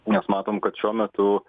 nes matom kad šiuo metu